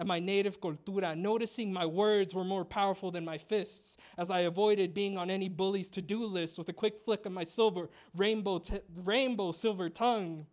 and my native do without noticing my words were more powerful than my fists as i avoided being on any bully's to do list with a quick flick of my silver rainbow to rainbow silver tongued